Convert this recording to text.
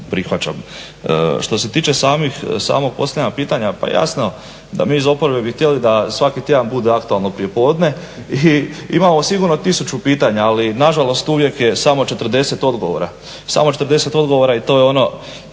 prihvaćam. Što se tiče samog postavljanja pitanja, pa jasno da mi iz oporbe bi htjeli da svaki tjedan bude aktualno prijepodne i imamo sigurno tisuću pitanja, ali nažalost uvijek je samo 40 odgovora i to je ono